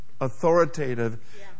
authoritative